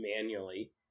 manually